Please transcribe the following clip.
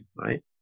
right